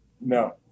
No